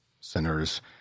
sinners